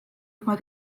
juba